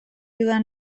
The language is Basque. dudan